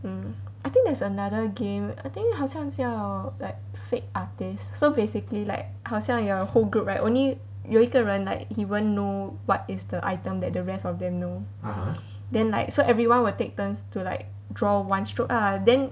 mm I think there is another game I think 好像叫 like fake artist so basically like 好像 your whole group right only 有一个人 like he won't know what is the item that the rest of them know then like so everyone will take turns to like draw one stroke lah then